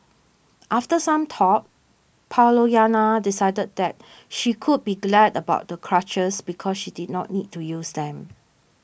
after some thought Pollyanna decided that she could be glad about the crutches because she did not need to use them